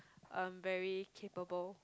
um very capable